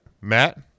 Matt